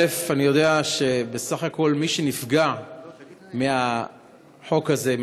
אני יודע שבסך הכול מי שנפגע מהחוק הזה,